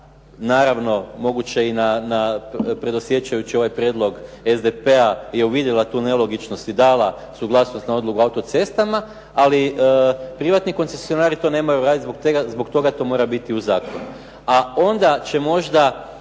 naravno moguće i predosjećajući ovaj prijedlog SDP-a je uvidjela tu nelogičnost i dala suglasnost na odluku o autocestama. Ali privatni koncesionari to ne moraju raditi, zbog toga to mora biti u zakonu.